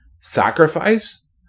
Sacrifice